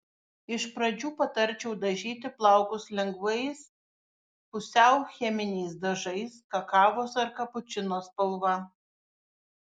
iš pradžių patarčiau dažyti plaukus lengvais pusiau cheminiais dažais kakavos ar kapučino spalva